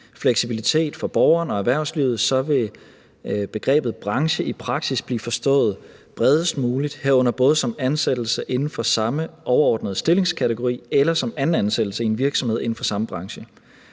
fleksibilitet for borgeren og erhvervslivet vil begrebet branche i praksis blive forstået bredest muligt, herunder både som ansættelse inden for samme overordnede stillingskategori eller som anden ansættelse i en virksomhed inden for samme branche.